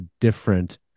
different